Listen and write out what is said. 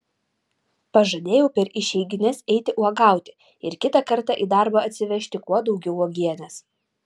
pažadėjau per išeigines eiti uogauti ir kitą kartą į darbą atsivežti kuo daugiau uogienės